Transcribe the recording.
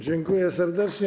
Dziękuję serdecznie.